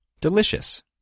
Delicious